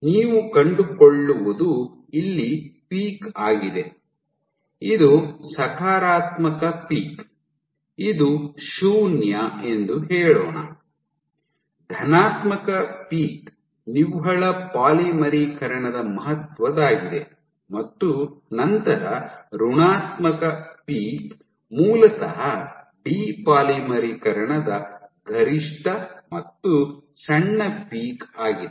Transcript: ನೀವು ಕಂಡುಕೊಳ್ಳುವುದು ಇಲ್ಲಿ ಪೀಕ್ ಆಗಿದೆ ಇದು ಸಕಾರಾತ್ಮಕ ಪೀಕ್ ಇದು ಶೂನ್ಯ ಎಂದು ಹೇಳೋಣ ಧನಾತ್ಮಕ ಪೀಕ್ ನಿವ್ವಳ ಪಾಲಿಮರೀಕರಣದ ಮಹತ್ವದ್ದಾಗಿದೆ ಮತ್ತು ನಂತರ ಋಣಾತ್ಮಕ ಪೀಕ್ ಮೂಲತಃ ಡಿ ಪಾಲಿಮರೀಕರಣದ ಗರಿಷ್ಠ ಮತ್ತು ಸಣ್ಣ ಪೀಕ್ ಆಗಿದೆ